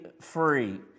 free